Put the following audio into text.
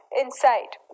inside